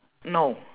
no